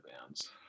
bands